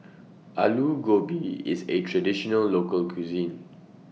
Alu Gobi IS A Traditional Local Cuisine